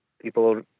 people